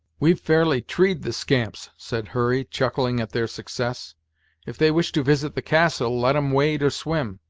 we've fairly tree'd the scamps, said hurry, chuckling at their success if they wish to visit the castle, let em wade or swim!